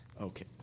Okay